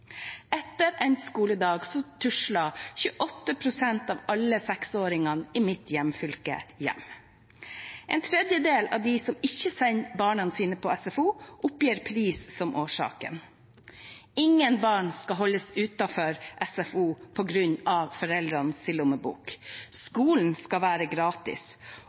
Etter endt skoledag tusler 28 pst. av alle 6-åringene i mitt hjemfylke hjem. En tredjedel av dem som ikke sender barna sine på SFO, oppgir pris som årsak. Ingen barn skal holdes utenfor SFO på grunn av foreldrenes lommebok. Skolen skal være gratis,